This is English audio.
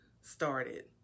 started